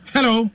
Hello